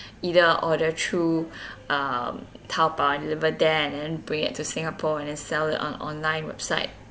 either order through um taobao and deliver there and then bring it to singapore and then sell it on online website